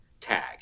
tag